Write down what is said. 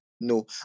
no